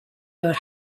your